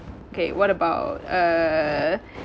okay what about uh